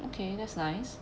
okay that's nice